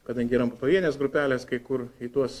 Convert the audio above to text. kadangi yra pavienės grupelės kai kur į tuos